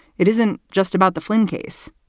it isn't just about the flynn case,